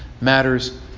matters